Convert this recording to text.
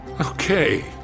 Okay